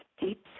deep